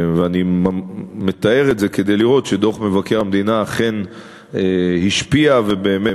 אני מתאר את זה כדי להראות שדוח מבקר המדינה אכן השפיע ובאמת